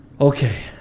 Okay